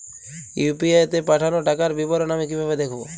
UPI তে পাঠানো টাকার বিবরণ আমি কিভাবে দেখবো?